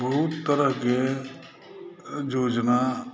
बहुत तरहके योजना